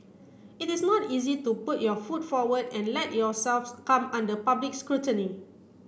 it is not easy to put your foot forward and let yourselves come under public scrutiny